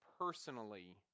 personally